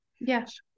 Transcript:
Yes